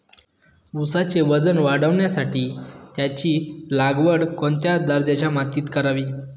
ऊसाचे वजन वाढवण्यासाठी त्याची लागवड कोणत्या दर्जाच्या मातीत करावी?